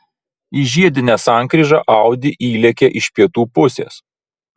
į žiedinę sankryžą audi įlėkė iš pietų pusės